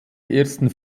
ersten